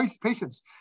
patience